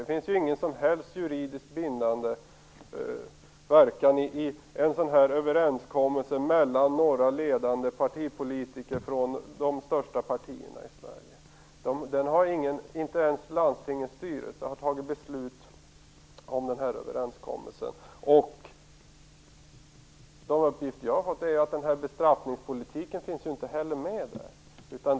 Det finns inget som helst juridiskt bindande i en sådan överenskommelse mellan några ledande partipolitiker från de största partierna i Sverige. Inte ens landstingets styrelse har fattat beslut om den här överenskommelsen. Enligt de uppgifter som jag har fått är att den här bestraffningspolitiken inte heller finns med där.